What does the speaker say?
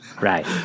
Right